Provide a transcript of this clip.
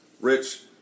Rich